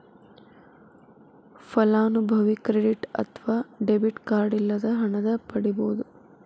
ಫಲಾನುಭವಿ ಕ್ರೆಡಿಟ್ ಅತ್ವ debit card ಇಲ್ಲದ ಹಣನ ಪಡಿಬೋದ್